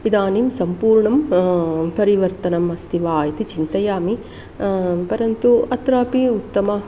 इदानीं सम्पूर्णं परिवर्तनम् अस्ति वा इति चिन्तयामि परन्तु अत्रापि उत्तमम्